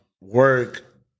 work